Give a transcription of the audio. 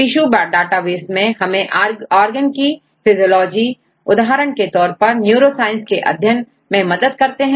tissue database हमें organ की फिजियोलॉजीउदाहरण के तौर पर न्यूरोसाइंस के अध्ययन मैं मदद करते हैं